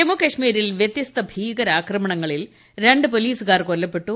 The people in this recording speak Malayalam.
ജമ്മുകാശ്മീരിൽ വൃത്യസ്ത ഭീകരാക്രമണങ്ങളിൽ രണ്ട് പോലീസുകാർ കൊല്ലപ്പെട്ടു